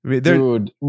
Dude